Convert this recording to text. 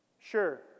Sure